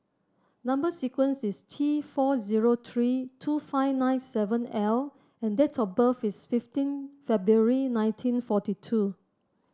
number sequence is T four zero three two five nine seven L and date of birth is fifteen February nineteen forty two